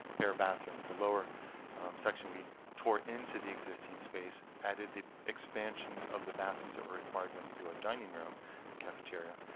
their bathrooms. the lower section we tore into the existing space, added the expansions of the bathrooms that were required when you do a dining room cafeteria.